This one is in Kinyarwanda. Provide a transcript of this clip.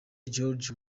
george